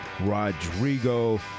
Rodrigo